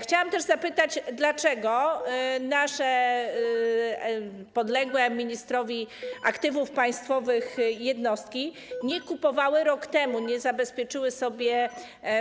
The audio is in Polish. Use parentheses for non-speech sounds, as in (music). Chciałam też zapytać, dlaczego (noise) nasze podległe ministrowi aktywów państwowych jednostki nie kupowały rok temu, nie zabezpieczyły sobie